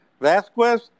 Vasquez